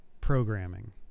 programming